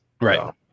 right